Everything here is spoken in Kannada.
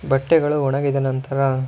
ಬಟ್ಟೆಗಳು ಒಣಗಿದ ನಂತರ